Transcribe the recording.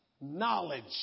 knowledge